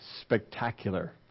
spectacular